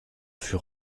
fut